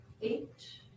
eight